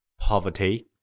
Poverty